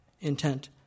intent